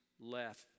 left